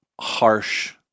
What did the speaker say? harsh